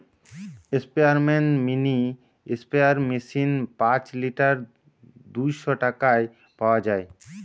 স্পেয়ারম্যান mini sprayer machine পাঁচ litre দুইশ টাকায় পাওয়া যায়